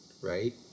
right